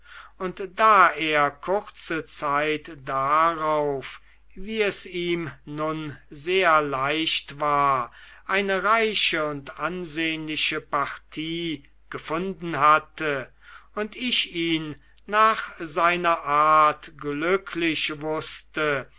und da er kurze zeit darauf wie es ihm nun sehr leicht war eine reiche und ansehnliche partie gefunden hatte und ich ihn nach seiner art glücklich wußte